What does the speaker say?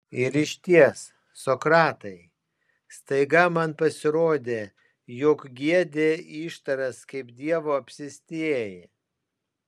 ir išties sokratai staiga man pasirodė jog giedi ištaras kaip dievo apsėstieji